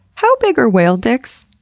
how big are whale dicks?